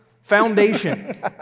Foundation